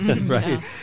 Right